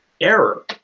error